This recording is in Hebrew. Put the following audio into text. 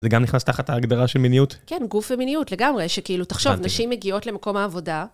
זה גם נכנס תחת ההגדרה של מיניות? כן, גוף ומיניות לגמרי, שכאילו, תחשוב, נשים מגיעות למקום העבודה...